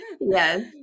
yes